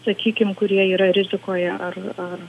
sakykim kurie yra rizikoje ar ar